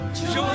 Joy